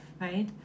right